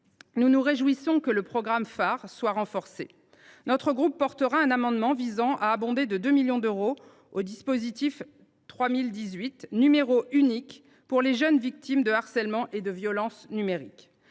contre le harcèlement à l’école (pHARe) soit renforcé. Notre groupe défendra un amendement visant à abonder de 2 millions d’euros le dispositif 3018, numéro unique pour les jeunes victimes de harcèlement et de violences numériques.